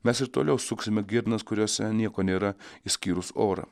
mes ir toliau suksime girnas kuriose nieko nėra išskyrus orą